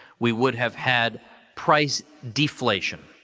we would have had price deflation.